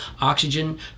oxygen